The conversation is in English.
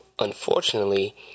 Unfortunately